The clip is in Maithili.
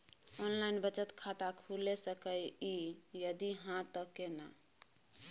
ऑनलाइन बचत खाता खुलै सकै इ, यदि हाँ त केना?